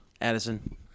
Addison